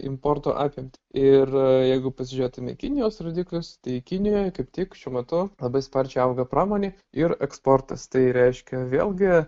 importo apimtys ir jeigu pažiūrėtume į kinijos rodiklius tai kinijoj kaip tik šiuo metu labai sparčiai auga pramonė ir eksportas tai reiškia vėlgi